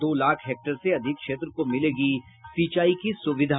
दो लाख हेक्टेयर से अधिक क्षेत्र को मिलेगी सिंचाई की सुविधा